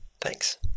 Thanks